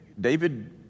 David